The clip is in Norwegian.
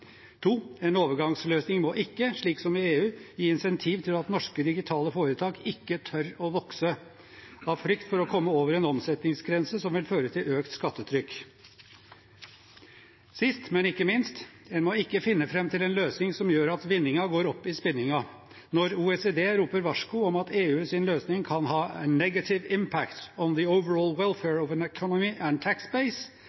En overgangsløsning må ikke, slik som i EU, gi incentiv til at norske digitale foretak ikke tør å vokse av frykt for å komme over en omsetningsgrense som vil føre til økt skattetrykk. Sist, men ikke minst: En må ikke finne fram til en løsning som gjør at vinninga går opp i spinninga. Når OECD roper varsko om at EUs løsning kan ha «negative impact